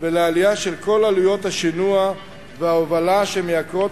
ולעלייה של כל עלויות השינוע וההובלה שמייקרות